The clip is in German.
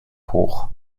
hoch